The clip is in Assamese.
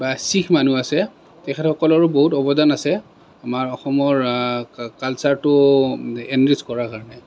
বা শিখ মানুহ আছে তেখেতসকলৰো বহুত অৱদান আছে আমাৰ অসমৰ কালছাৰটো এনৰিছ কৰাৰ কাৰণে